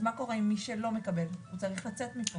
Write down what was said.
אז מה קורה עם מי שלא מקבל, הוא צריך לצאת מפה.